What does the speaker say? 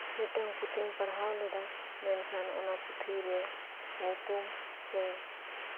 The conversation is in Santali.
ᱢᱤᱫ ᱴᱟᱱ ᱯᱩᱛᱷᱤᱧ ᱯᱟᱲᱦᱟᱣ ᱞᱮᱫᱟ ᱢᱮᱱᱠᱷᱟᱱ ᱚᱱᱟ ᱯᱩᱛᱷᱩᱨᱮ ᱧᱩᱛᱩᱢ ᱢᱮᱱᱠᱷᱟᱱ